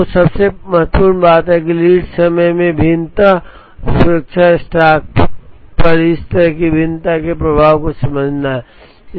तो सबसे महत्वपूर्ण बात यह है कि लीड समयlead time में भिन्नता और सुरक्षा स्टॉक पर इस तरह की भिन्नता के प्रभाव को समझना है